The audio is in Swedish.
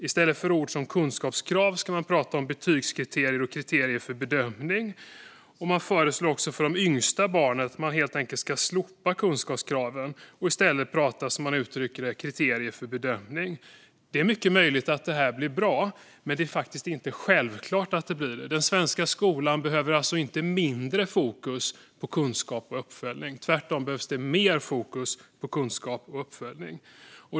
I stället för ord som kunskapskrav ska man prata om betygskriterier och kriterier för bedömning. Regeringen föreslår också att helt enkelt slopa kunskapskraven för de yngsta barnen och i stället prata om, som man uttrycker det, kriterier för bedömning. Det är mycket möjligt att det här blir bra, men det är faktiskt inte självklart att det blir det. Den svenska skolan behöver inte mindre fokus på kunskap och uppföljning; tvärtom behövs det mer fokus på kunskap och uppföljning.